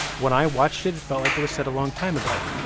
when i watched it, it felt like it was set a long time ago.